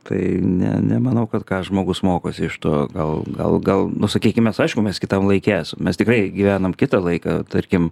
tai ne nemanau kad ką žmogus mokosi iš to gal gal gal nu sakykim aišku mes kitam laike esam mes tikrai gyvenam kitą laiką tarkim